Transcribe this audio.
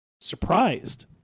surprised